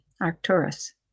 arcturus